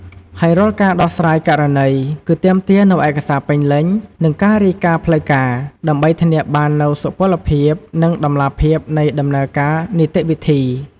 ហើយរាល់ការដោះស្រាយករណីគឺទាមទារនូវឯកសារពេញលេញ និងការរាយការណ៍ផ្លូវការ ដើម្បីធានាបាននូវសុពលភាព និងតម្លាភាពនៃដំណើរការនីតិវិធី។